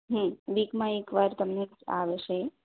હમ વીકમાં એકવાર તમને આવશે એ